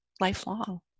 lifelong